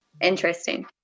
interesting